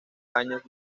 años